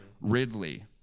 Ridley